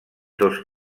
dos